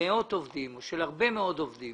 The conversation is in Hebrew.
מאות עובדים או של הרבה מאוד עובדים